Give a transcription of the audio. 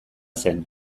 zen